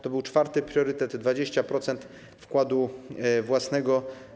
To był IV priorytet, 20% wkładu własnego.